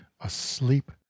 asleep